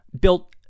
built